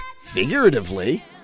figuratively